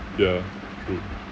ya true